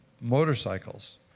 motorcycles